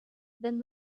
then